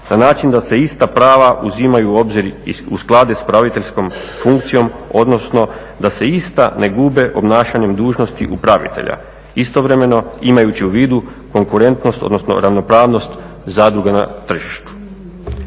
na način da se ista prava uzimaju u obzir i usklade s upraviteljskom funkcijom, odnosno da se ista ne gube obnašanjem dužnosti upravitelja istovremeno imajući u vidu konkurentnost, odnosno ravnopravnost zadruga na tržištu.